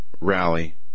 rally